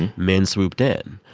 and men swooped in.